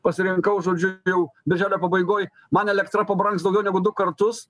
pasirinkau žodžiu jau birželio pabaigoj man elektra pabrangs daugiau negu du kartus